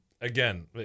again